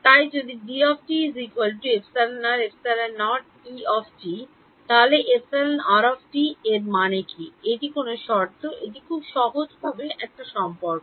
তাই যদি εr এর এই মানটি কী এটি কোন শর্তে এটি পাব খুব সহজ সম্পর্ক